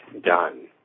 done